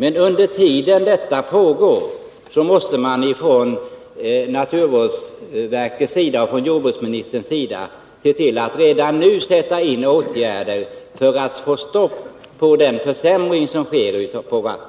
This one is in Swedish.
Men under tiden som detta pågår måste jordbruksministern och naturvårdsverket se till att redan nu sätta in åtgärder för att få stopp på den pågående försämringen av vattnet.